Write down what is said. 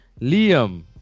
Liam